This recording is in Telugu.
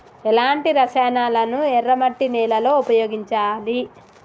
ఎలాంటి రసాయనాలను ఎర్ర మట్టి నేల లో ఉపయోగించాలి?